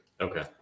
Okay